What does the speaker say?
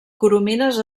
coromines